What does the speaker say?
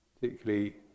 particularly